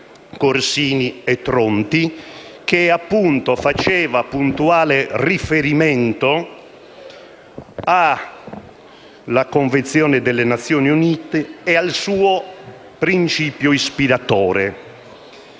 Corsini e Tronti, che faceva puntuale riferimento alla Convenzione delle Nazioni Unite e al suo principio ispiratore.